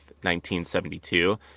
1972